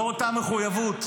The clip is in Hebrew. לא אותה מחויבות.